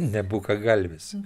ne bukagalvis